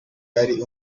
yari